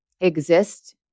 exist